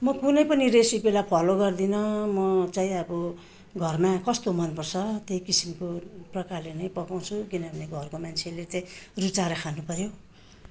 म कुनै पनि रेसिपीलाई फलो गर्दिनँ म चाहिँ अब घरमा कस्तो मन पर्छ त्यही किसिमको प्रकारले नै पकाउँछु किनभने घरको मान्छेले चाहिँ रुचाएर खानु पर्यो